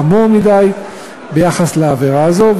הוא חמור מדי ביחס לעבירה זו,